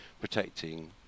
protecting